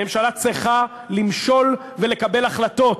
ממשלה צריכה למשול ולקבל החלטות,